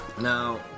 Now